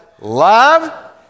Love